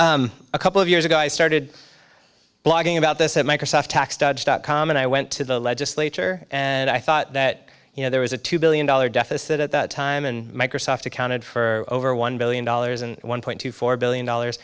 so a couple of years ago i started blogging about this at microsoft tax dodge dot com and i went to the legislature and i thought that you know there was a two billion dollar deficit at that time and microsoft accounted for over one billion dollars and one point two four billion dollars